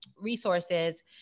resources